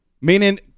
Meaning